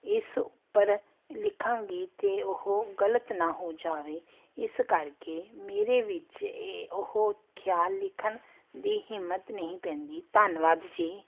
ਇਸ ਉੱਪਰ ਲਿਖਾਂਗੀ ਤਾਂ ਉਹ ਗਲਤ ਨਾ ਹੋ ਜਾਵੇ ਇਸ ਕਰਕੇ ਮੇਰੇ ਵਿੱਚ ਇਹ ਉਹ ਖਿਆਲ ਲਿਖਣ ਦੀ ਹਿੰਮਤ ਨਹੀਂ ਪੈਂਦੀ ਧੰਨਵਾਦ ਜੀ